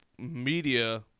Media